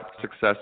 success